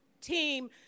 team